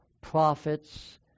prophets